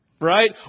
Right